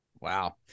Wow